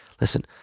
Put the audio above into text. listen